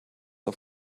auf